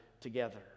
together